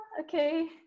Okay